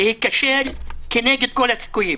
להיכשל כנגד כל הסיכויים,